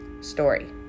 Story